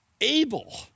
Abel